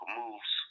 moves